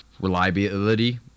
reliability